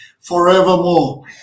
forevermore